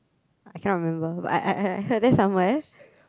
I cannot remember but I I I heard that somewhere